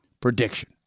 prediction